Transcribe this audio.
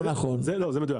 לא נכון, זה לא מדויק.